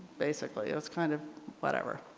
basically it's kind of whatever.